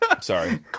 Sorry